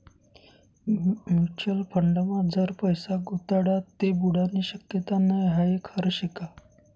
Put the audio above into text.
Mutual फंडमा जर पैसा गुताडात ते बुडानी शक्यता नै हाई खरं शेका?